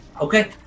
Okay